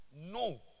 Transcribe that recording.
No